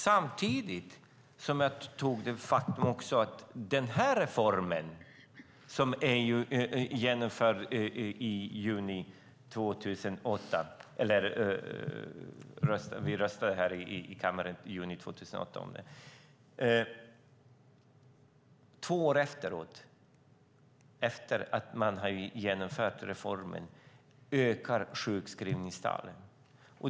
Samtidigt nämnde jag att två år efter det att reformen, som vi beslutade om i kammaren i juni 2008, genomfördes ökar sjukskrivningstalen.